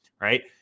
right